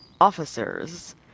officers